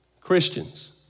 Christians